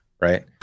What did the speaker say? right